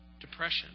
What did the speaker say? depression